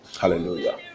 Hallelujah